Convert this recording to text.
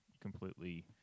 completely